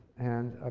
and